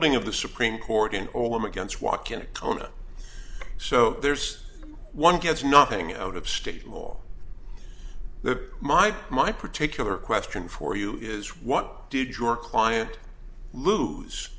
ding of the supreme court in all i'm against walk in a coma so there's one gets nothing out of state law the my my particular question for you is what did your client lose